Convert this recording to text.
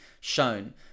shown